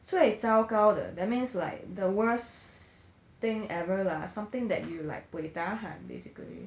最糟糕的 that means like the worsT thing ever ah something that you like buay tahan basically